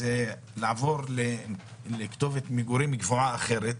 זה לעבור לכתובת מגורים קבועה אחרת,